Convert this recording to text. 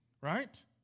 Right